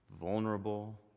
vulnerable